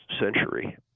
century